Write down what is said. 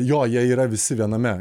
jo jie yra visi viename